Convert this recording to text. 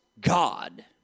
God